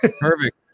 Perfect